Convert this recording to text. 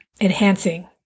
enhancing